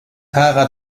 fahrrad